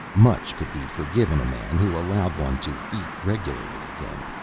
much could be forgiven a man who allowed one to eat regularly again.